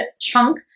chunk